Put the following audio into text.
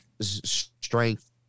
strength